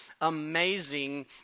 amazing